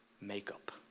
makeup